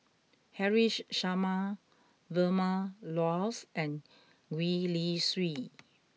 Haresh Sharma Vilma Laus and Gwee Li Sui